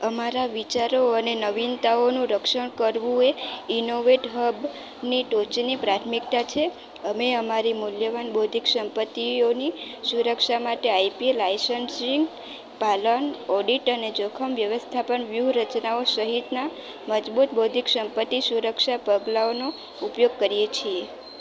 અમારા વિચારો અને નવીનતાઓનું રક્ષણ કરવું એ ઈનોવેટ હબ ની ટોચની પ્રાથમિકતા છે અમે અમારી મૂલ્યવાન બૌદ્ધિક સંપત્તિઓની સુરક્ષા માટે આઇપીએલ લાઇસન્સ ટીમ પાલન ઓડિટ અને જોખમ વ્યવસ્થા પર વ્યુહરચનાઓ સહિતના મજબૂત બૌદ્ધિક સંપત્તિ સુરક્ષા પગલાઓનો ઉપયોગ કરીએ છીએ